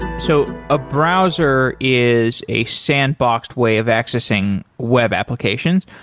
so a browser is a sandboxed way of accessing web applications.